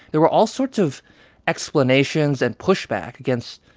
there were all sorts of explanations and pushback against,